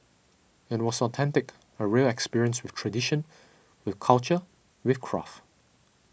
it was authentic a real experience with tradition with culture with craft